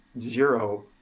zero